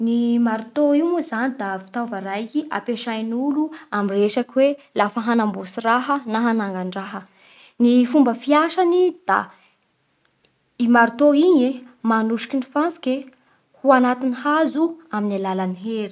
Ny maritô io moa zany da fitaova raiky ampiasain'olo amin'ny resaky hoe lafa hanamboatsy raha na hanangan-draha. Ny fomba fiasany da i maritô igny e manosiky ny fantsiky e ho agnatin'ny hazo amin'ny alalan'ny hery.